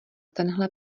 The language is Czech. tenhle